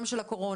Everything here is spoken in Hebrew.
גם של הקורונה,